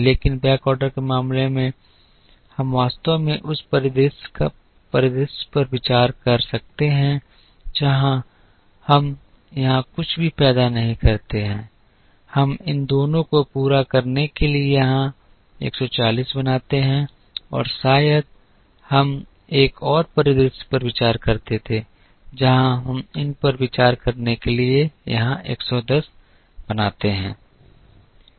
लेकिन बैकऑर्डर के मामले में हम वास्तव में उस परिदृश्य पर विचार कर सकते हैं जहां हम यहां कुछ भी पैदा नहीं करते हैं हम इन दोनों को पूरा करने के लिए यहां 140 बनाते हैं और शायद हम एक और परिदृश्य पर विचार कर सकते थे जहां हम इन पर विचार करने के लिए यहां 110 बनाते हैं